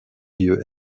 lieu